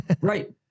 Right